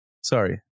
Sorry